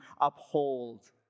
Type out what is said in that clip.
uphold